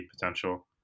potential